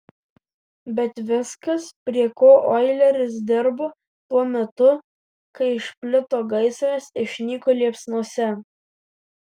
bet viskas prie ko oileris dirbo tuo metu kai išplito gaisras išnyko liepsnose